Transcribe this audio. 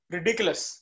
Ridiculous